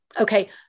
okay